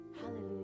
Hallelujah